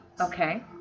Okay